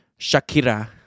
Shakira